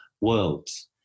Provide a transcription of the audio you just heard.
worlds